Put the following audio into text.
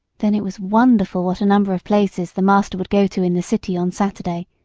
then it was wonderful what a number of places the master would go to in the city on saturday,